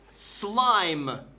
Slime